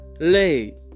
Late